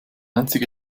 einzige